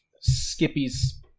Skippy's